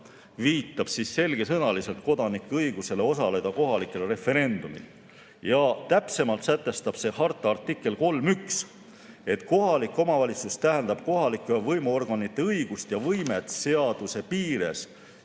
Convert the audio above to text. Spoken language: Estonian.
viitab selgesõnaliselt kodanike õigusele osaleda kohalikel referendumitel. Täpsemalt sätestab selle harta artikkel 3 [lõige] 1: "Kohalik omavalitsus tähendab kohalike võimuorganite õigust ja võimet seaduse piires